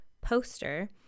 poster